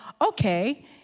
okay